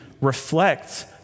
reflect